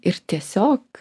ir tiesiog